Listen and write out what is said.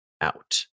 out